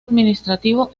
administrativo